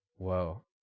Whoa